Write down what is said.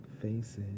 faces